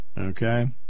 okay